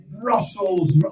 Brussels